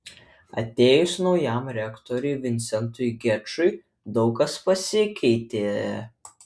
atėjus naujam rektoriui vincentui gečui daug kas pasikeitė